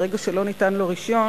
ברגע שלא ניתן לו רשיון,